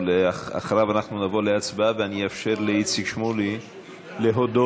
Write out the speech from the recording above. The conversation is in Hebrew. אחריו אנחנו נעבור להצבעה ואני אאפשר לאיציק שמולי להודות,